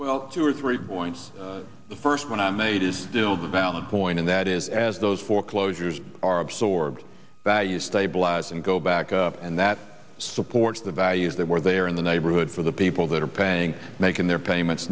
well two or three points the first one i made is still valid point and that is as those foreclosures are absorbed by you stabilize and go back up and that supports the values that were there in the neighborhood for the people that are paying making their payments